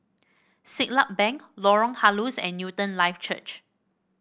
Siglap Bank Lorong Halus and Newton Life Church